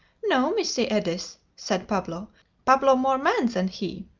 no, missy edith, said pablo pablo more man than he.